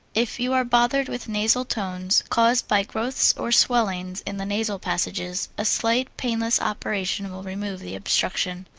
if you are bothered with nasal tones caused by growths or swellings in the nasal passages, a slight, painless operation will remove the obstruction.